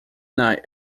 night